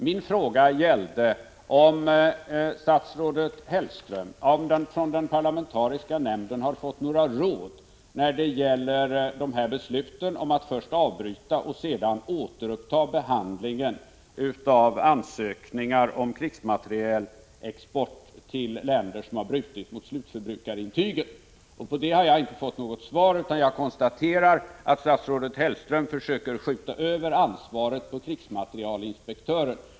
Min fråga gällde om statsrådet Hellström från den parlamentariska nämnden har fått några råd när det gäller besluten att först avbryta och sedan återuppta behandlingen av ansökningar om krigsmaterielexport till länder som har lämnat felaktiga slutförbrukarintyg. På det har inte jag fått något svar, utan jag konstaterar att statsrådet Hellström försöker skjuta över ansvaret på krigsmaterielinspektören.